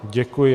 Děkuji.